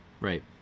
Right